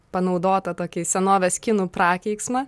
panaudotą tokį senovės kinų prakeiksmą